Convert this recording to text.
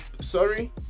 sorry